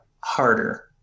harder